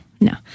no